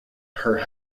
her